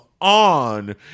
on